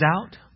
out